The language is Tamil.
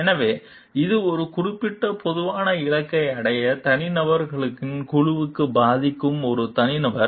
எனவே இது ஒரு குறிப்பிட்ட பொதுவான இலக்கை அடைய தனிநபர்களின் குழுவை பாதிக்கும் ஒரு தனிநபர்